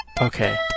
Okay